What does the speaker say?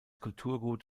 kulturgut